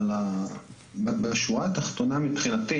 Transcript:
אבל בשורה התחתונה מבחינתי